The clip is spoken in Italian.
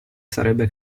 sarebbe